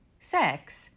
sex